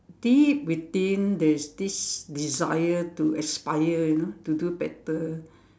deep within there's this desire to aspire you know to do better